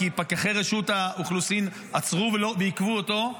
כי פקחי רשות האוכלוסין עצרו ועיכבו אותו,